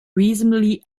reasonably